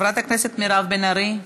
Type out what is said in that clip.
חברת הכנסת מירב בן ארי,